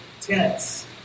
tents